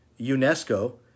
UNESCO